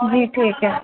जी ठीक है